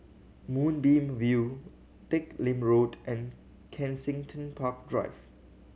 Moonbeam View Teck Lim Road and Kensington Park Drive